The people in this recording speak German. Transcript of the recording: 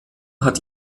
hat